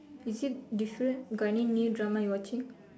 is it different got any new drama you're watching